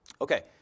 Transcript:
Okay